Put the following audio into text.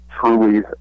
truly